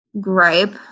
gripe